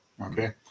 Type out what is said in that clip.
Okay